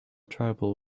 tribal